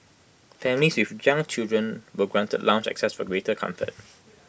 families with young children were granted lounge access for greater comfort